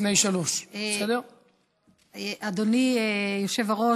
לפני 15:00. אדוני היושב-ראש,